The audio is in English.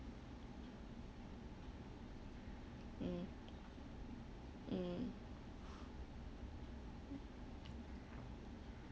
mm mm